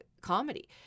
comedy